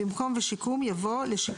אחרי פסקה (2) יבוא: "(3)